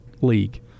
league